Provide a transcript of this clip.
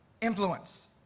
influence